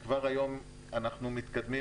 כבר היום אנחנו מתקדמים,